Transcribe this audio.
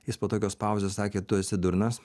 jis po tokios pauzės sakė tu esi durnas